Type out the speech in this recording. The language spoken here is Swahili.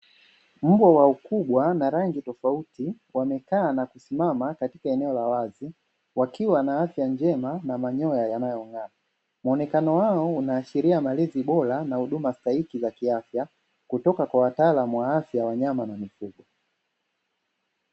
Mbwa wa ukubwa na rangi tofauti wamekaa na kusimama katika eneo la wazi wakiwa na afya njema na manyoya yanayong'aa, muonekano wao una ashiria malezi bora na huduma stahiki za kiafya kutoka kwa watalamu wa afya wa wanyama na mifugo.